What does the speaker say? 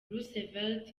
roosevelt